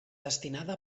destinada